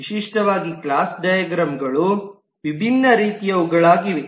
ವಿಶಿಷ್ಟವಾಗಿ ಕ್ಲಾಸ್ ಡೈಗ್ರಾಮ್ಗಳು ವಿಭಿನ್ನ ರೀತಿಯವುಗಳಾಗಿವೆ